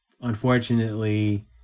unfortunately